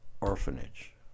Orphanage